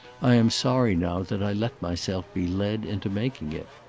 i am sorry now that i let myself be led into making it.